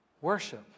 worship